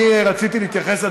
אני רציתי להתייחס,